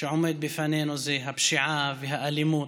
שעומד בפנינו, וזה הפשיעה והאלימות.